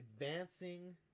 advancing